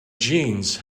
jeans